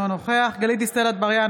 אינו נוכח גלית דיסטל אטבריאן,